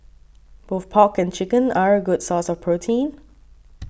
both pork and chicken are a good source of protein